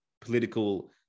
political